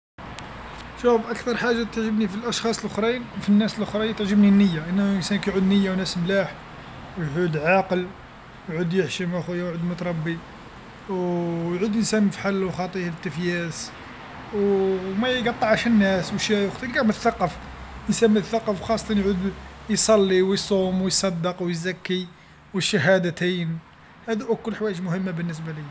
شوف أكثر حاجه تعجبني في الأشخاص لخرين في الناس لخرين تعجبني النيه أن الإنسان كيعود نيه وناس ملاح، ويعود عاقل يعود يحشم اخويا وعود متربي و يعود إنسان فحل وخاطيه تفكياس وما يقطعش الناس تلقاه مثقف إنسان مثقف وخاصة يعود يصلي ويصوم ويصدق ويزكي والشهادتين هادو أكل الحوايج مهمه بالنسبة لي.